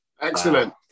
Excellent